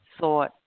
thought